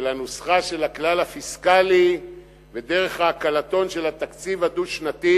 של הנוסחה של הכלל הפיסקלי ודרך העקלתון של התקציב הדו-שנתי,